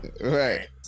right